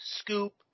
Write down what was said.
scoop